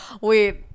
wait